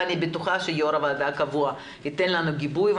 ואני בטוחה שיו"ר הוועדה הקבוע ייתן לנו גיבוי,